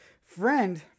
friend